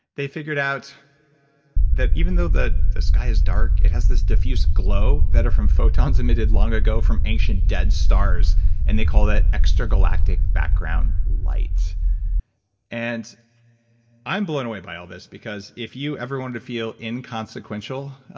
they figured out that even though the the sky is dark it has this diffuse glow that are from photons emitted long ago from ancient dead stars and they call that extragalactic background light and i'm blown away by all this because if you ever wanted to feel inconsequential,